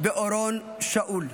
ואורון שאול.